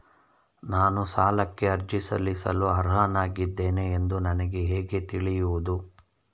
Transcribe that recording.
ನಾನು ಸಾಲಕ್ಕೆ ಅರ್ಜಿ ಸಲ್ಲಿಸಲು ಅರ್ಹನಾಗಿದ್ದೇನೆ ಎಂದು ನನಗೆ ಹೇಗೆ ತಿಳಿಯುವುದು?